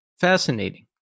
Fascinating